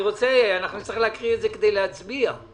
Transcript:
אנחנו נצטרך לקרוא את הצעת החוק כדי להצביע עליה.